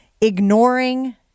ignoring